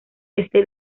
este